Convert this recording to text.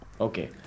Okay